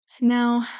Now